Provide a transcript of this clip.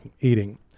eating